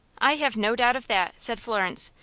i have no doubt of that, said florence,